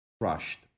crushed